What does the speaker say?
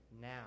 now